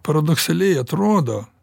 paradoksaliai atrodo